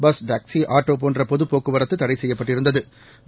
bus taxi ஆட்டோபோன்றபொதுபோக்குவரத்துதடைசெய்யப்பட்டிருந்த து